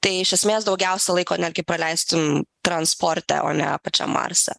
tai iš esmės daugiausiai laiko netgi praleistum transporte o ne pačiam marse